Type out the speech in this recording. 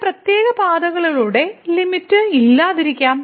ചില പ്രത്യേക പാതകളിലെ ലിമിറ്റ് ഇല്ലാതിരിക്കാം